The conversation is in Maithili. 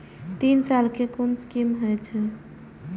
तीन साल कै कुन स्कीम होय छै?